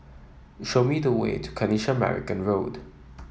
show me the way to Kanisha Marican Road